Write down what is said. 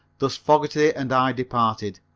thus fogerty and i departed,